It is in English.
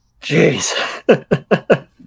Jeez